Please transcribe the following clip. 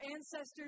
ancestors